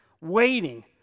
waiting